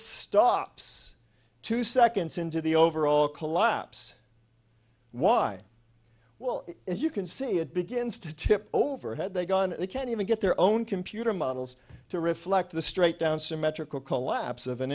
stops two seconds into the overall collapse why well as you can see it begins to tip over had they gone they can't even get their own computer models to reflect the straight down symmetrical collapse of an